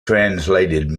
translated